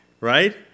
Right